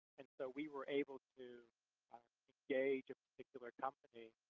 and so we were able to engage a particular company